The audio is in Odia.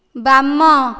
ବାମ